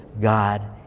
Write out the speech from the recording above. God